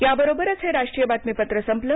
याबरोबरच हे राष्ट्रीय बातमीपत्र संपलं